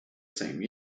same